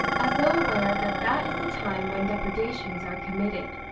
as though aware that that is the time when depredations are committed.